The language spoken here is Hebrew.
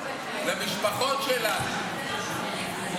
למשפחות שלנו,